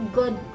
good